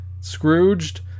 Scrooged